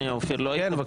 כן, בבקשה.